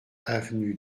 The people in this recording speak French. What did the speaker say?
avenue